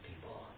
people